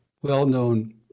well-known